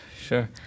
Sure